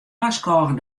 warskôgen